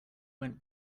went